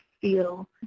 feel